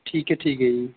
ਠੀਕ ਹੈ ਠੀਕ ਹੈ ਜੀ